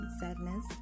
sadness